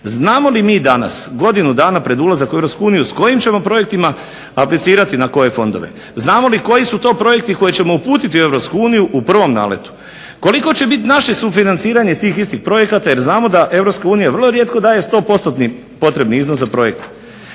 Znamo li mi danas, godinu dana pred ulazak u EU, s kojim ćemo projektima aplicirati i na koje fondove? Znamo li koji su to projekti koje ćemo uputiti u EU u prvom naletu? Koliko će biti naše sufinanciranje tih istih projekata jer znamo da EU vrlo rijetko daje 100%-ni potrebni iznos za projekte.